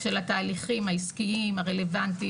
של התהליכים העסקיים הרלוונטיים,